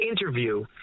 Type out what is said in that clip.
interview